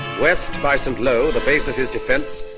west by saint-lo, the base of his defense,